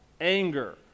Anger